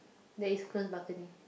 there is close balcony